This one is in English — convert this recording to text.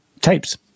tapes